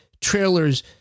trailers